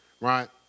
right